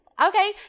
Okay